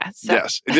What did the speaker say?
Yes